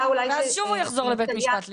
ואז שוב הוא יחזור לבית המשפט לערעור.